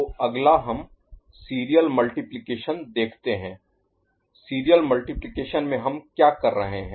तो अगला हम सीरियल मल्टिप्लिकेशन देखते हैं सीरियल मल्टिप्लिकेशन में हम क्या कर रहे हैं